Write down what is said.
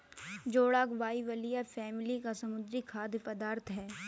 जोडाक बाइबलिया फैमिली का समुद्री खाद्य पदार्थ है